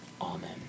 Amen